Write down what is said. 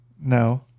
No